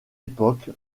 époque